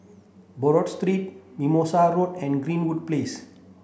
Buroh Street Mimosa Road and Greenwood Place